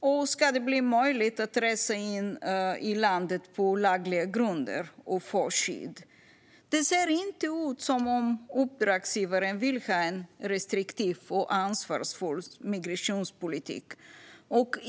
Och ska det bli möjligt att resa in i landet på olagliga grunder och få skydd? Det ser inte ut som om uppdragsgivaren vill ha en restriktiv och ansvarsfull migrationspolitik.